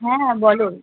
হ্যাঁ হ্যাঁ বলো